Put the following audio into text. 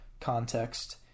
context